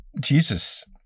Jesus